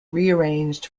rearranged